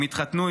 הם התחתנו,